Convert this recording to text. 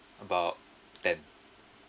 about ten